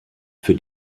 für